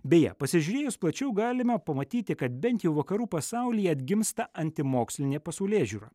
beje pasižiūrėjus plačiau galima pamatyti kad bent jau vakarų pasaulyje atgimsta antimokslinė pasaulėžiūra